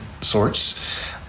sorts